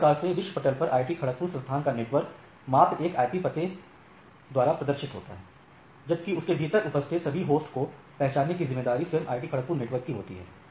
इस प्रकार से विश्व पटल पर आईआईटी खड़कपुर संस्थान का नेटवर्क मात्र एक आईपी पते द्वारा प्रदर्शित होता है जबकि उसके भीतर उपस्थित सभी होस्ट को पहचानने की जिम्मेदारी स्वयं आईआईटी खड़कपुर नेटवर्क की होती है